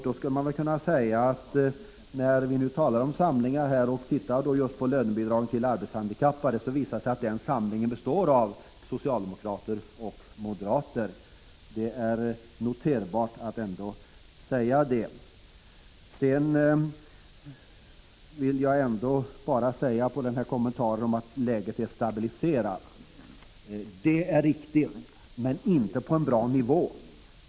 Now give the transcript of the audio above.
Då skulle man kunna säga, när vi nu talar om samlingar, att det visar sig att samlingen i fråga om lönebidragen till arbetshandikappade består av socialdemokrater och moderater — det är värt att notera. Till kommentaren att läget är stabiliserat vill jag säga: Det är riktigt, men inte på en bra nivå.